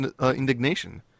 indignation